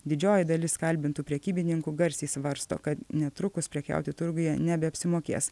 didžioji dalis kalbintų prekybininkų garsiai svarsto kad netrukus prekiauti turguje nebeapsimokės